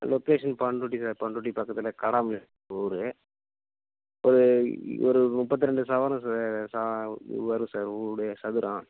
location Panruti sir Panruti பக்கத்தில் ஒரு ஊர் ஒரு ஒரு முப்பத்திரெண்டு சார் வரும் சார் வீடு சதுரம்